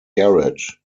garrett